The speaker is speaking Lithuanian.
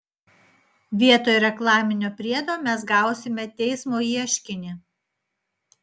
vietoj reklaminio priedo mes gausime teismo ieškinį